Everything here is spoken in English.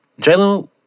Jalen